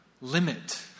limit